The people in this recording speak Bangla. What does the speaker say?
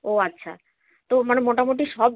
ও আচ্ছা তো মানে মোটামুটি সব